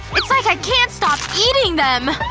it's like i can't stop eating them!